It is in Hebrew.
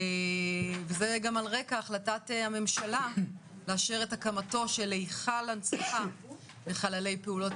וזה גם על רקע החלטת הממשלה לאשר את הקמתו של היכל הנצחה לחללי פעולות